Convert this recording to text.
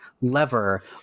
lever